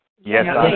Yes